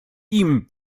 ihm